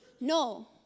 No